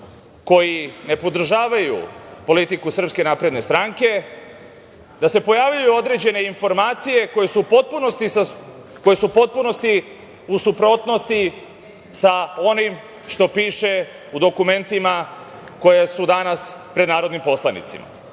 koji ne podržavaju politiku Srpske napredne stranke da se pojavljuju određene informacije koje su u potpunosti u suprotnosti sa onim što piše u dokumentima koja su danas pred narodnim poslanicima. Zarad